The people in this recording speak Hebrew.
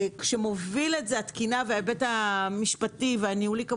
כשמוביל את זה התקינה וההיבט המשפטי והניהולי של